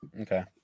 Okay